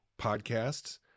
podcasts